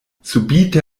subite